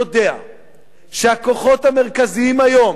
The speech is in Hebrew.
יודע שהכוחות המרכזיים היום,